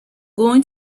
going